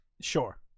Sure